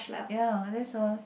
ya that's all